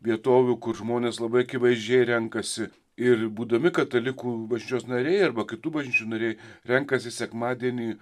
vietovių kur žmonės labai akivaizdžiai renkasi ir būdami katalikų bažnyčios nariai arba kitų bažnyčių nariai renkasi sekmadienį